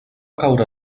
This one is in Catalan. caure